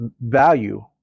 value